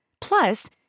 Plus